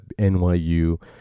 NYU